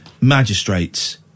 magistrates